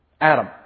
Adam